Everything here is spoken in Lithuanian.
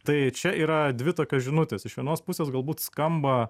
tai čia yra dvi tokios žinutės iš vienos pusės galbūt skamba